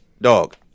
Dog